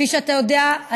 כפי שאתה יודע,